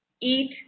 Eat